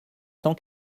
cent